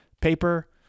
paper